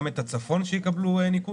גם את הצפון שיקבלו ניקוד?